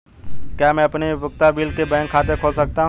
क्या मैं बिना उपयोगिता बिल के बैंक खाता खोल सकता हूँ?